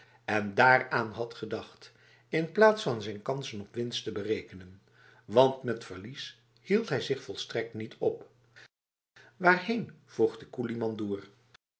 en daaraan had gedacht in plaats van zijn kansen op winst te berekenen want met verlies hield hij zich volstrekt niet op waarheen vroeg de